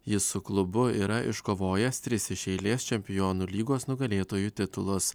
jis su klubu yra iškovojęs tris iš eilės čempionų lygos nugalėtojų titulus